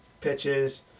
pitches